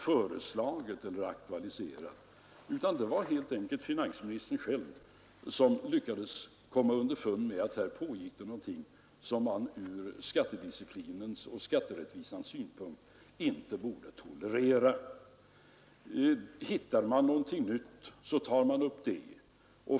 Det var i stället helt enkelt finansministern själv som lyckades komma underfund med att det pågick någonting som man ur skattedisciplinens och skatterättvisans synpunkt inte borde tolerera. Hittar man någonting nytt, tar man upp det.